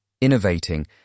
innovating